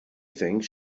think